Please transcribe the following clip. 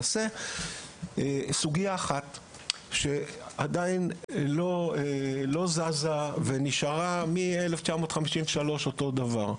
פה סוגיה שעדיין לא זזה ונשארה אותו הדבר מ-1953.